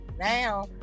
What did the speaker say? now